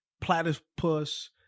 platypus